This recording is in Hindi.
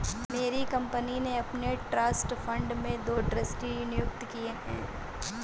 मेरी कंपनी ने अपने ट्रस्ट फण्ड में दो ट्रस्टी नियुक्त किये है